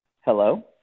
Hello